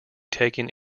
taken